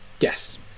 Yes